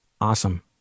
Awesome